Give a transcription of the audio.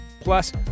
Plus